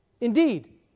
Indeed